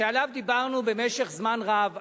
שעליו דיברנו במשך זמן רב,